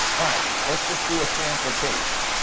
all right, let's just do a sample case.